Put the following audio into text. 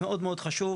מאוד מאוד חשוב.